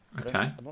Okay